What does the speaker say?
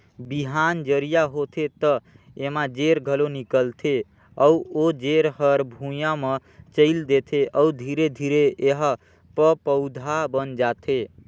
बिहान जरिया होथे त एमा जेर घलो निकलथे अउ ओ जेर हर भुइंया म चयेल देथे अउ धीरे धीरे एहा प पउधा बन जाथे